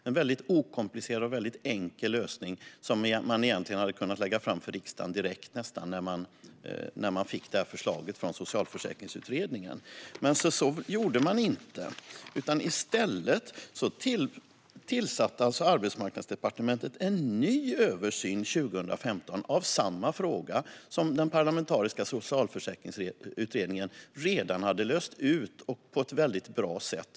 Det var en okomplicerad och enkel lösning som man egentligen hade kunnat lägga fram till riksdagen nästan direkt när man fick förslaget från Socialförsäkringsutredningen. Så gjorde man dock inte. I stället tillsatte Arbetsmarknadsdepartementet år 2015 en ny översyn av samma fråga som Parlamentariska socialförsäkringsutredningen redan hade löst på ett bra sätt.